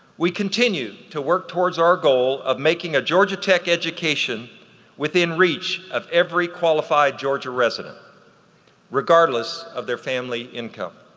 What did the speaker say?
we continue to work towards our goal of making our georgia tech education within reach of every qualified georgia resident regardless of their family income.